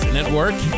Network